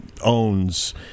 owns